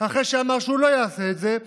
אחרי שאמר שהוא לא יעשה את זה,